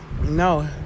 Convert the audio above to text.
No